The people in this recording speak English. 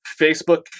Facebook